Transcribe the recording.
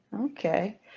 Okay